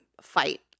fight